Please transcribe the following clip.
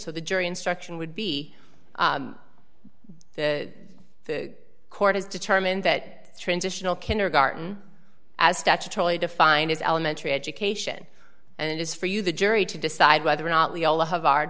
so the jury instruction would be the court has determined that transitional kindergarten as statutory defined is elementary education and it is for you the jury to decide whether or not we all have